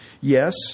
Yes